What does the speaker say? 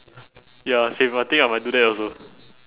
ya same I think I might do that also